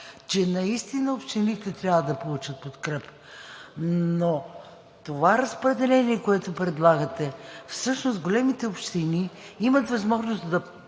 че наистина общините трябва да получат подкрепа, но това разпределение, което предлагате, всъщност големите общини имат възможност да